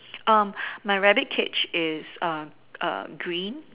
um my rabbit cage is uh uh green